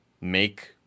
make